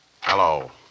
Hello